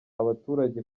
abaturage